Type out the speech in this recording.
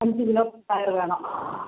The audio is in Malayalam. അഞ്ച് കിലോ പയർ വേണം